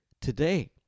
today